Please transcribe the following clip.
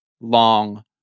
long